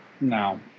No